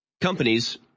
companies